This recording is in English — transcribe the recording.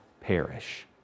perish